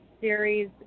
series